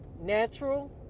natural